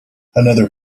another